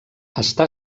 està